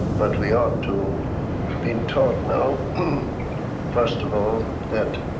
but we ought to have been taught now first of all that